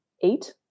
eight